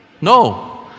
No